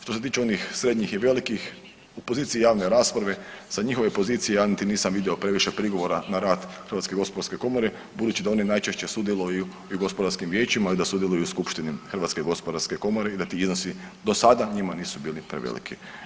Što se tiče onih srednjih i velikih u poziciji javne rasprave sa njihove pozicije ja niti nisam vidio previše prigovora na rad HGK budući da oni najčešće sudjeluju i u gospodarskim vijećima i da u sudjeluju u Skupštini HGK i da ti iznosi do sada njima nisu bili preveliki.